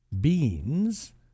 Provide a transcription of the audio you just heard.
beans